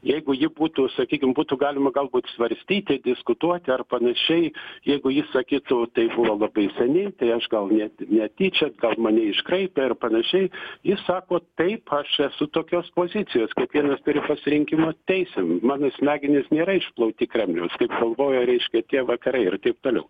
jeigu ji būtų sakykim būtų galima galbūt svarstyti diskutuoti ar panašiai jeigu ji sakytų tai buvo labai seniai tai aš gal net netyčia mane iškraipė ir panašiai ji sako taip aš esu tokios pozicijos kiekvienas turi pasirinkimo teisių mano smegenys nėra išplauti kremliaus kaip galvojo reiškia tie vakarai ir taip toliau